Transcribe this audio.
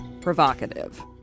provocative